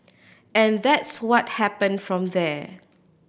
and that's what happened from there